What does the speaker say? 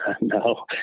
No